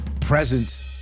presence